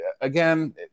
again